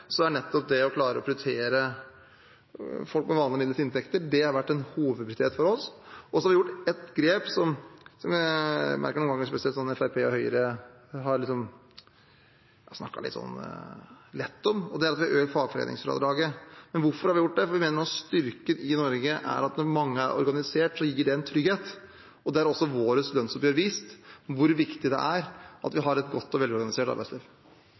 å klare å prioritere folk med vanlige, middels inntekter vært en hovedprioritet. Vi har tatt et grep og økt fagforeningsfradraget, som jeg har merket mange ganger at spesielt Fremskrittspartiet og Høyre har snakket litt lett om. Men hvorfor har vi gjort det? Det er fordi vi mener at noe av styrken i Norge er at mange er organiserte, og at det gir en trygghet. Våre lønnsoppgjør har også vist hvor viktig det er at vi har et godt og velorganisert arbeidsliv.